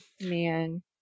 man